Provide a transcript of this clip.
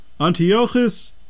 Antiochus